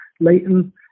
Leighton